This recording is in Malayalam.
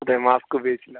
അതെ മാസ്ക് ഉപയോഗിച്ചില്ല